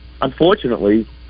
unfortunately